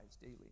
daily